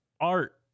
art